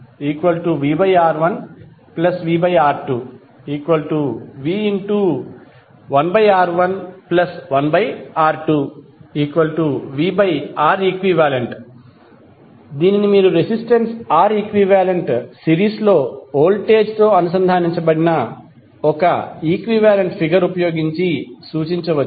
చివరకు ii1i2vR1vR2v1R11R2vReq దీనిని మీరు రెసిస్టెన్స్ R ఈక్వివాలెంట్ సిరీస్లో వోల్టేజ్ అనుసంధానించబడిన ఒక ఈక్వివాలెంట్ ఫిగర్ ఉపయోగించి సూచించవచ్చు